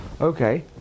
Okay